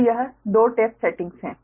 तो यह दो टैप सेटिंग्स हैं